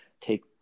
take